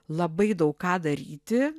labai daug ką daryti